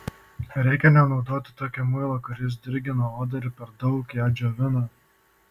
reikia nenaudoti tokio muilo kuris dirgina odą ir per daug ją džiovina